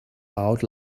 out